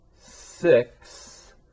six